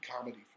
comedy